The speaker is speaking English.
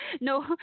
No